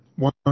One